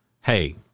Hey